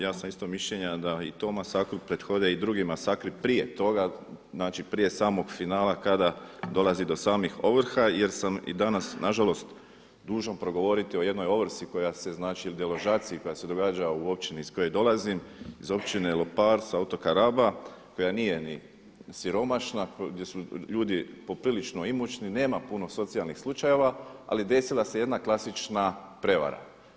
Ja sam isto mišljenja da i tom masakru prethode i drugi masakri prije toga, znači prije samog finala kada dolazi do samih ovrha jer sam i danas nažalost dužan progovoriti o jednoj ovrsi koja se znači ili deložaciji koja se događa u općini iz koje dolazim, iz općine Lopar sa otoka Raba koja nije ni siromašna, gdje su ljudi poprilično imućni, nema puno socijalnih slučajeva ali desila se jedna klasična prijevara.